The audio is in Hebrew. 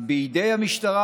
בידי המשטרה.